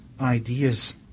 ideas